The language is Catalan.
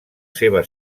seva